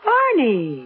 Barney